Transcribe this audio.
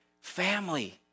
family